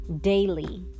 daily